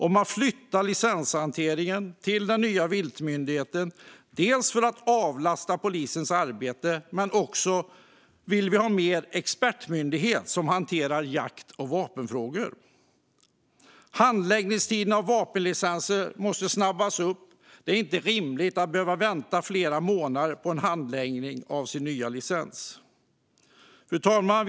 Vi vill flytta licenshanteringen till den nya viltmyndigheten för att avlasta polisens arbete och för att vi vill ha en expertmyndighet som hanterar jakt och vapenfrågor. Handläggningstiderna för vapenlicenser måste snabbas upp. Det är inte rimligt att behöva vänta flera månader på handläggning av sin nya licens. Fru talman!